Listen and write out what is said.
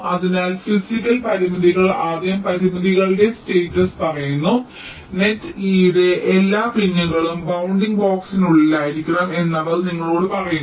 അതിനാൽ ഫിസിക്കൽ പരിമിതികൾ ആദ്യ പരിമിധികളുടെ സേറ്സ് പറയുന്നു നെറ്റ് E ന്റെ എല്ലാ പിൻകളും ബൌണ്ടിംഗ് ബോക്സിനുള്ളിലായിരിക്കണം എന്ന് അവർ നിങ്ങളോട് പറയുന്നു